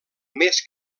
més